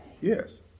Yes